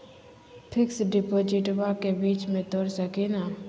Fix डिपोजिटबा के बीच में तोड़ सकी ना?